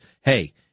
hey